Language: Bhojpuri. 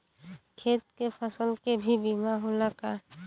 खेत के फसल के भी बीमा होला का?